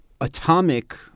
Atomic